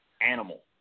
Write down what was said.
animal